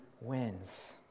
wins